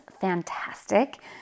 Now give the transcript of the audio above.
fantastic